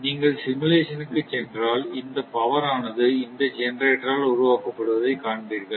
நீங்கள் சிமுலேஷண் க்கு சென்றால் இந்த பவர் ஆனது இந்த ஜெனேரேட்டரால் உருவாக்கப்படுவதை காண்பீர்கள்